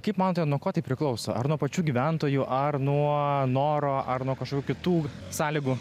kaip manote nuo ko tai priklauso ar nuo pačių gyventojų ar nuo noro ar nuo kažkokių kitų sąlygų